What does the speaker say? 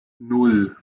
nan